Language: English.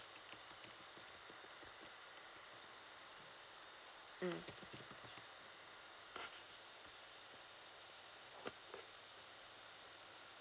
mm